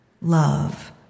Love